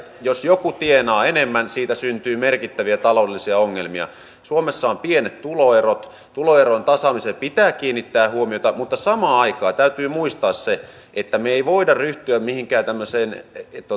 jos joku tienaa enemmän siitä syntyy merkittäviä taloudellisia ongelmia suomessa on pienet tuloerot tuloerojen tasaamiseen pitää kiinnittää huomiota mutta samaan aikaan täytyy muistaa se että me emme voi ryhtyä mihinkään tämmöiseen